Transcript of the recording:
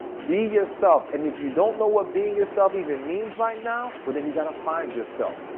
be yourself. and if you don't know what being yourself even means right now, well, then you got to find yourself.